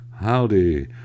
Howdy